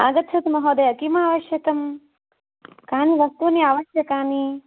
आगच्छतु महोदय किम् आवश्यकम् कानि वस्तूनि आवश्यकानि